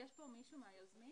יש כאן מישהו מהיוזמים